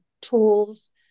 tools